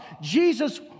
Jesus